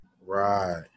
Right